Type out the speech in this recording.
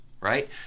right